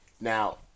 now